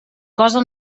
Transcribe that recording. cosa